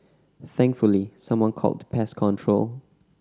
thankfully someone called the pest control